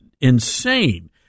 insane